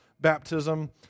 baptism